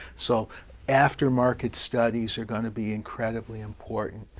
so after-market studies are going to be incredibly important.